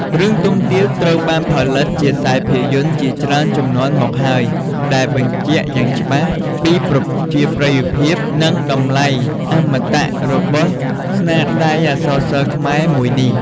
រឿង ទុំទាវ ត្រូវបានផលិតជាខ្សែភាពយន្តជាច្រើនជំនាន់មកហើយ ដែលបញ្ជាក់យ៉ាងច្បាស់ពីប្រជាប្រិយភាព និងតម្លៃអមតៈរបស់ស្នាដៃអក្សរសិល្ប៍ខ្មែរមួយនេះ។